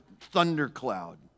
thundercloud